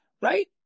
right